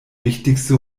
wichtigste